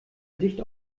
dicht